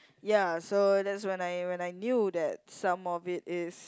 ya so that's when I when I knew that some of it is